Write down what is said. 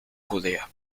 judea